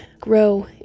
grow